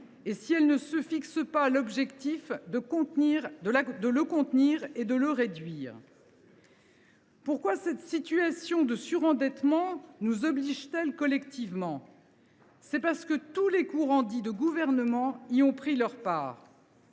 et si elle ne se fixe pas l’objectif de le contenir et de le réduire. « Pourquoi cette situation de surendettement nous oblige t elle collectivement ? Parce que tous les courants dits de gouvernement y ont pris leur part.